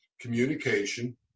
communication